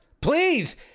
please